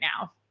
now